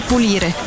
pulire